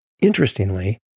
Interestingly